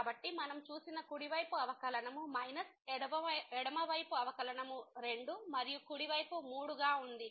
కాబట్టి మనం చూసిన కుడి వైపు అవకలనము మైనస్ ఎడమ వైపు అవకలనము 2 మరియు కుడి వైపు 3 గా ఉంది